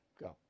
Go